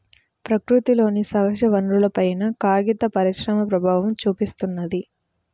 ప్రకృతిలోని సహజవనరులపైన కాగిత పరిశ్రమ ప్రభావం చూపిత్తున్నది